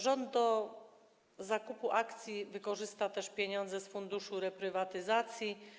Rząd do zakupu akcji wykorzysta też pieniądze z Funduszu Reprywatyzacji.